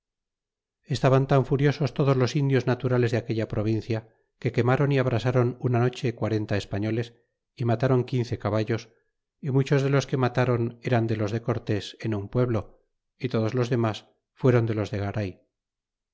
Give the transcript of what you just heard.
estaban tan furiosos todos los indios naturales de aquella provincia que quemron y abrasron una noche quarenta españoles y matron quince caballos y muchos de los que matron eran de los de cortés en un pueblo y todos los demas fuéron de los de garay